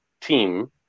team